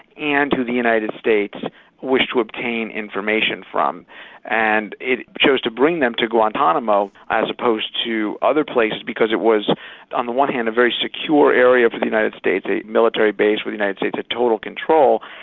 and who the united states wish to obtain information from and it chose to bring them to guantanamo as opposed to other places because it was on the one hand a very secure area for the united states, a military base where the united states had total control,